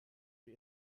für